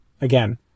again